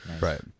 right